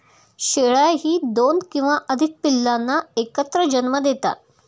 शेळ्याही दोन किंवा अधिक पिल्लांना एकत्र जन्म देतात